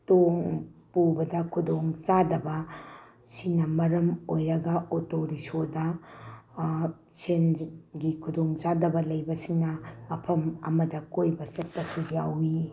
ꯄꯨꯕꯗ ꯈꯨꯗꯣꯡ ꯆꯥꯗꯕ ꯁꯤꯅ ꯃꯔꯝ ꯑꯣꯏꯔꯒ ꯑꯣꯇꯣ ꯔꯤꯛꯁꯣꯗ ꯁꯦꯟꯒꯤ ꯈꯨꯗꯣꯡ ꯆꯥꯗꯕ ꯂꯩꯕꯁꯤꯡꯅ ꯃꯐꯝ ꯑꯃꯗ ꯀꯣꯏꯕ ꯆꯠꯄꯁꯨ ꯌꯥꯎꯏ